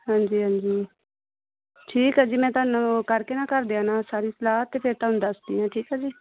ਹਾਂਜੀ ਹਾਂਜੀ ਠੀਕ ਆ ਜੀ ਮੈਂ ਤੁਹਾਨੂੰ ਕਰਕੇ ਨਾ ਘਰਦਿਆਂ ਨਾਲ ਸਾਰੀ ਸਲਾਹ ਅਤੇ ਫਿਰ ਤੁਹਾਨੂੰ ਦੱਸਦੀ ਹਾਂ ਠੀਕ ਹੈ ਜੀ